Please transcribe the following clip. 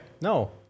No